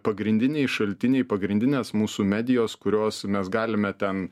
pagrindiniai šaltiniai pagrindinės mūsų medijos kurios mes galime ten